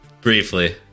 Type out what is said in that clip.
Briefly